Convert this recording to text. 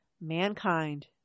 Mankind